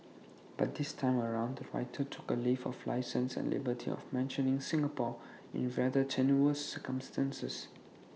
but this time round the writer took A leave of licence and liberty of mentioning Singapore in rather tenuous circumstances